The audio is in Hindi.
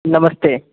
नमस्ते